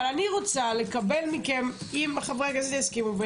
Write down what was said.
אם חברי הכנסת יסכימו,